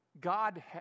God